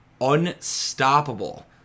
unstoppable